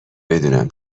بدونم